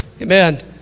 Amen